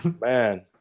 Man